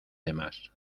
demás